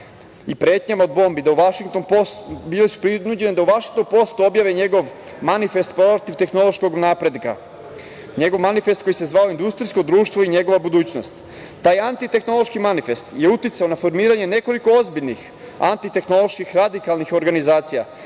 i pretnjama od bombi da u Vašingtonu, bili su prinuđen da u „Vašington postu“ objave njegov manifest protiv tehnološkog napretka, njegov manifest koji se zvao - Industrijsko društvo i njegova budućnost. Taj atnitehnološki manifest je uticao na formiranje nekoliko ozbiljnih antitehnoloških radikalnih organizacija,